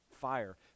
fire